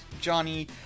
Johnny